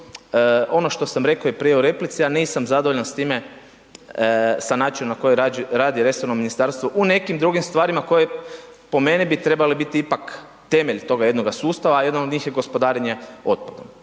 Ono što sam rekao i prije u replici a nisam zadovoljan s time, sa načinom na koje je radio resorno Ministarstvo u nekim drugim stvarima koje, po meni bi trebale biti ipak temelj toga jednoga sustava, a jedan od njih je gospodarenje otpadom.